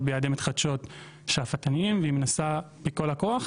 ביעדי מתחדשות שאפתניים והיא מנסה בכל הכוח,